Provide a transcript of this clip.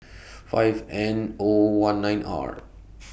five N O one nine R